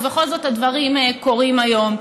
ובכל זאת הדברים קורים היום.